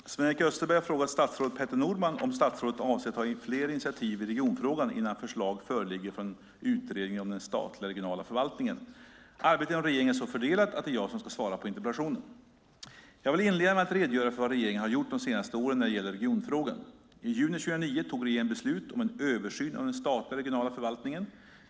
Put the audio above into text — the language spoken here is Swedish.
Fru talman! Sven-Erik Österberg har frågat statsrådet Peter Norman om statsrådet avser att ta fler initiativ i regionfrågan innan förslag föreligger från Utredningen om den statliga regionala förvaltningen. Arbetet inom regeringen är så fördelat att det är jag som ska svara på interpellationen. Jag vill inleda med att redogöra för vad regeringen har gjort de senaste åren när det gäller regionfrågan. I juni 2009 tog regeringen beslut om en översyn av den statliga regionala förvaltningen.